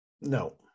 No